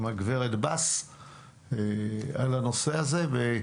עם הגברת בס על הנושא הזה.